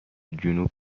جنوب